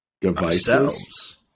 devices